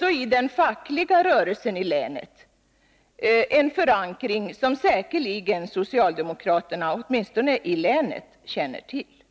även i den fackliga rörelsen i länet — en förankring som säkerligen socialdemokraterna, åtminstone i länet, känner till.